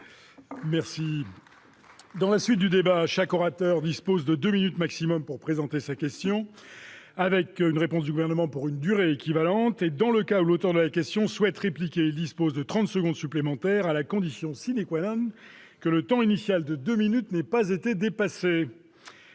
Je rappelle que chaque orateur dispose de deux minutes au maximum pour présenter sa question, suivie d'une réponse du Gouvernement pour une durée équivalente. Dans le cas où l'auteur de la question souhaite répliquer, il dispose de trente secondes supplémentaires, à la condition que le temps initial de deux minutes n'ait pas été dépassé.